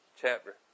chapter